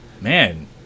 man